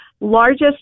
largest